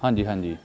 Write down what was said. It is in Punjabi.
ਹਾਂਜੀ ਹਾਂਜੀ